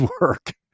work